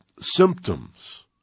symptoms